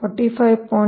ಇದು 45